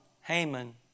Haman